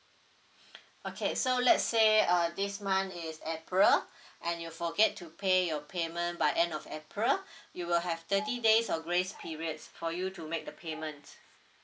okay so let's say uh this month is april and you forget to pay your payment by end of april you will have thirty days of grace period for you to make the payment